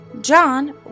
John